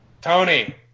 Tony